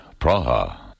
Praha